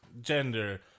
gender